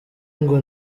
ngo